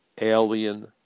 alien